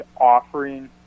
Offering